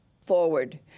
forward